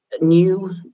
new